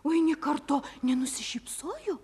o ji nė karto nenusišypsojo